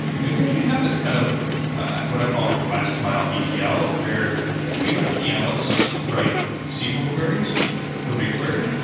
then we actually have this kind of what i call like last mile etl, where we let the analysts write sql queries for bigquery,